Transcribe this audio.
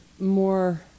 more